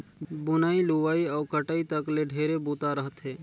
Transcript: बुनई, लुवई अउ कटई तक ले ढेरे बूता रहथे